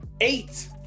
eight